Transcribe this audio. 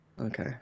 Okay